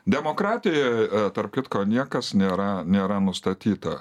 demokratijoj tarp kitko niekas nėra nėra nustatyta